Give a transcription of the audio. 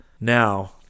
now